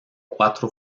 cuatro